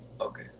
Okay